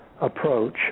approach